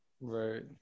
right